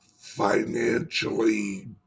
financially